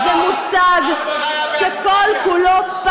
את חיה באספמיה.